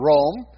Rome